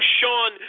Sean